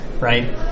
right